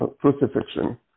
crucifixion